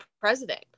president